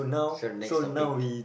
sir next topic